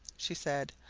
she said,